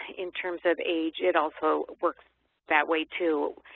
in terms of age, it also works that way too.